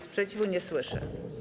Sprzeciwu nie słyszę.